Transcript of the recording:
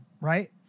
right